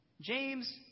James